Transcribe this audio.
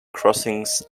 crossings